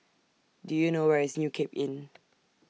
Do YOU know Where IS New Cape Inn